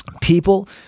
People